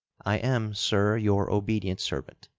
i am, sir, your obedient servant,